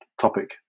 topic